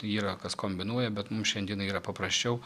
yra kas kombinuoja bet mums šiandienai yra paprasčiau